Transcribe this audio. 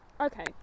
Okay